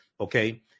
okay